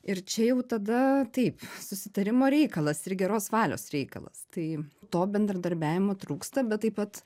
ir čia jau tada taip susitarimo reikalas ir geros valios reikalas tai to bendradarbiavimo trūksta bet taip pat